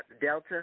Delta